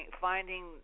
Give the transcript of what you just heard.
finding